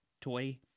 Toy